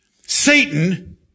Satan